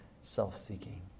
self-seeking